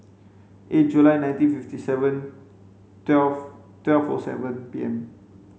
eight July nineteen fifty seven twelve twelve four seven P M